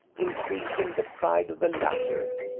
increasing the pride of the latter,